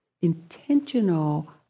intentional